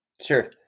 sure